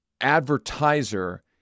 advertiser